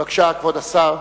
בבקשה, כבוד השר.